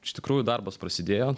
iš tikrųjų darbas prasidėjo